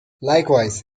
likewise